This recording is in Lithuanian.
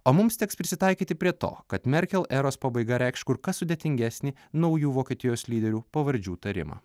o mums teks prisitaikyti prie to kad merkel eros pabaiga reikš kur kas sudėtingesnį naujų vokietijos lyderių pavardžių tarimą